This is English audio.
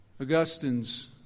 Augustine's